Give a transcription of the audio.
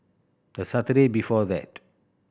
the Saturday before that